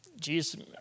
Jesus